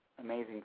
amazing